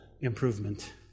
improvement